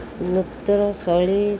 ନୃତ୍ୟର ଶୈଳୀ